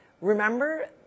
Remember